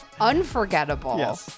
unforgettable